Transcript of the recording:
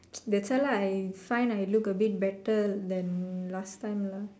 that's why lah I find I look a bit better than last time lah